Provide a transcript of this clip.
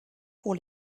pour